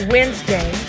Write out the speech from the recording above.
Wednesday